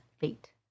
fate